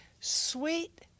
sweet